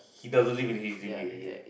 he doesn't live in h_d_b area